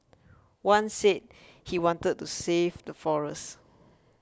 one said he wanted to save the forests